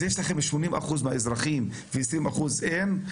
אז יש לכם 80% מהאזרחים ו-20% אין?